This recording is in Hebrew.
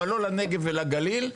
אבל לא לנגב ולגליל.